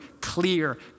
clear